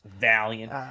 valiant